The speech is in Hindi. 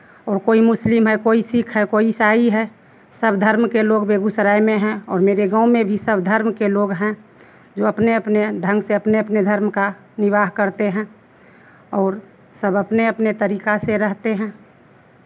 और कोई मुस्लिम है कोई सिक्ख है कोई ईसाई है सब धर्म के लोग बेगूसराय में हैं और मेरे गाँव में भी सब धर्म के लोग हैं जो अपने अपने ढंग से अपने अपने धर्म का निर्वाह करते हैं और सब अपने अपने तरीका से रहते हैं